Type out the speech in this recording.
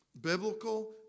Biblical